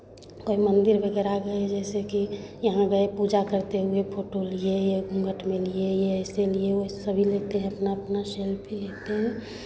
कोई मंदिर वगैरह गए जैसे कि यहाँ गए पूजा करते हुए फोटो लिए ये घूँघट में लिए ये ऐसे लिए वैसे सभी लेते हैं अपना अपना सेल्फी लेते हैं